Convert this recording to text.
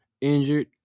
injured